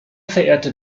verehrte